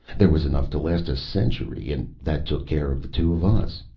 there was enough to last a century, and that took care of the two of us.